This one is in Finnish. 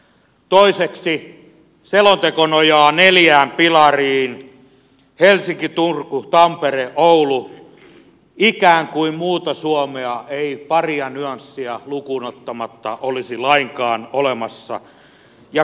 toiseksi selonteko nojaa neljään pilariin helsinkiin turkuun tampereeseen ja ouluun ikään kuin muuta suomea ei paria nyanssia lukuun ottamatta olisi lainkaan olemassa